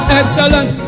excellent